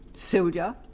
soldier,